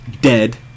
dead